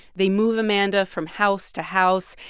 they move amanda from house to house.